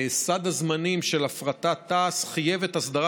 סד הזמנים של הפרטת תעש חייב את הסדרת